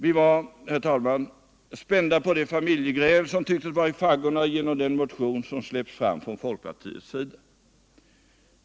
Vi var, herr talman, spända på det familjegräl som tycktes vara i faggorna till följd av den motion som släppts fram från folkpartiets sida.